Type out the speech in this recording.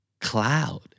Cloud